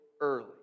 early